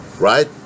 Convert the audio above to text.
Right